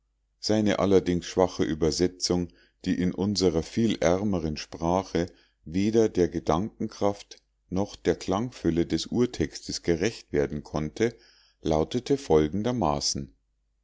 seine allerdings schwache übersetzung die in unserer viel ärmeren sprache weder der gedankenkraft noch der klangfülle des urtextes gerecht werden konnte lautete folgendermaßen